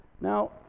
Now